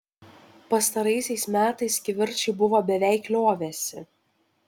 pastaraisiais metais kivirčai buvo beveik liovęsi